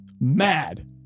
Mad